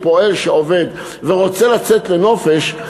פועל שעובד ורוצה לצאת לנופש,